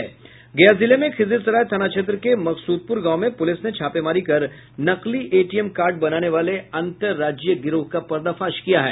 गया जिले में खिजरसराय थाना क्षेत्र के मकसूदपुर गांव में पुलिस ने छापेमारी कर नकली एटीएम कार्ड बनाने वाले अंतर्राज्यीय गिरोह का पर्दाफाश किया है